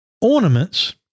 ornaments